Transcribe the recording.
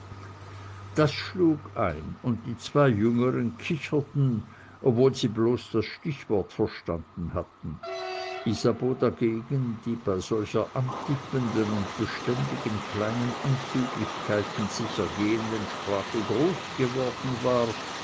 das schlug ein und die zwei jüngeren kicherten obwohl sie bloß das stichwort verstanden hatten isabeau dagegen die bei solcher antippenden und beständig in kleinen anzüglichkeiten sich ergehenden sprache groß geworden war